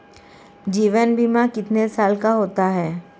जीवन बीमा कितने साल का होता है?